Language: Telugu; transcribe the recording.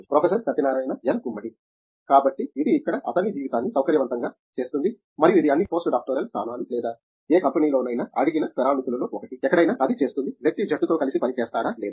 ప్రొఫెసర్ సత్యనారాయణ ఎన్ గుమ్మడి కాబట్టి ఇది ఇక్కడ అతని జీవితాన్ని సౌకర్యవంతంగా చేస్తుంది మరియు ఇది అన్ని పోస్ట్ డాక్టోరల్ స్థానాలు లేదా ఏ కంపెనీలోనైనా అడిగిన పరామితిలో ఒకటి ఎక్కడైనా అది చేస్తుంది వ్యక్తి జట్టు తో కలిసి పని చేస్తాడా లేదా